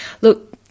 Look